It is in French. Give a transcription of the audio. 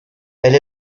elle